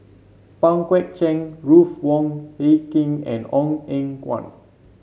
Pang Guek Cheng Ruth Wong Hie King and Ong Eng Guan